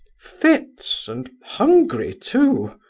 fits, and hungry too!